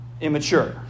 immature